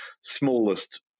smallest